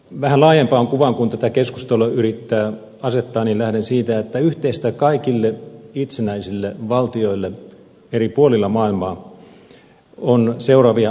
vähän laajempaan kuvaan kun tätä keskustelua yrittää asettaa niin lähden siitä että yhteisiä kaikille itsenäisille valtioille eri puolilla maailmaa ovat seuraavat asiat